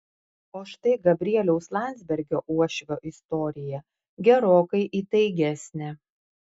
o štai gabrieliaus landsbergio uošvio istorija gerokai įtaigesnė